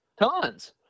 Tons